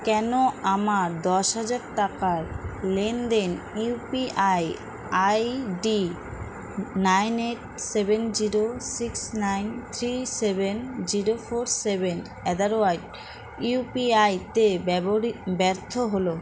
কেন আমার দশ হাজার টাকার লেনদেন U P I I D nine eight seven zero six nine three seven zero four seven at the rate I ইউপিআইতে ব্যবহৃত ব্যর্থ হলো